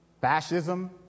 fascism